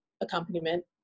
accompaniment